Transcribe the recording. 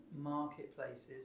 marketplaces